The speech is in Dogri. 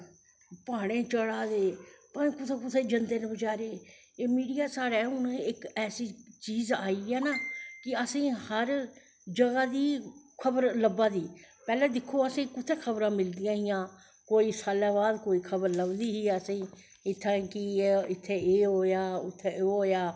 प्हाड़ैं चढ़ा दे न पता नी कुत्थै कुत्थै जंदे न बचैरे एह् मिडिया हून साढ़ै इक ऐसी चीज़ आई ऐ ना कि असेंगी हर जगाह् दी खबर लब्भा दी पैह्लैं असेंगी दिक्को कुत्थें असेंगी खबरां लब्भदियां हां कोई साल्लै बाद कोई खबर लब्भदी ही असेंगी इत्थें एह् होया उत्थैं ओह् होया